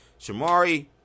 Shamari